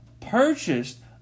purchased